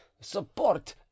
support